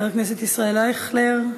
חבר הכנסת ישראל אייכלר,